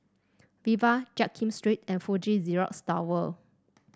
Viva Jiak Kim Street and Fuji Xerox Tower